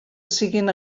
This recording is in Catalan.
siguin